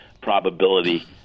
probability